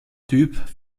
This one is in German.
typ